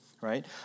right